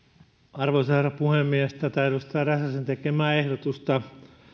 arvoisa herra puhemies tätä edustaja räsäsen tekemää ehdotusta